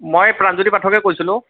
মই প্ৰানজ্যোতি পাঠকে কৈছিলোঁ